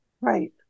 Right